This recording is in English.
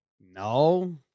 no